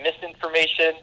misinformation